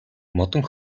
модон